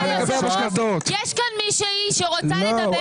יש כאן מישהי שרוצה לדבר.